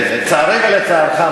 לצערי ולצערך,